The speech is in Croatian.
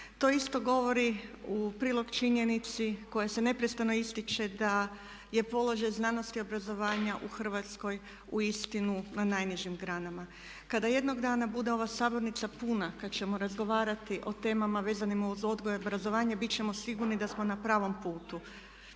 To isto govori u prilog činjenici koja se neprestano ističe da je položaj znanosti i obrazovanja u Hrvatskoj uistinu na najnižim granama. Kada jednog dana bude ova sabornica puna, kad ćemo razgovarati o temama vezanim uz odgoj i obrazovanje bit ćemo sigurni da smo na pravom putu.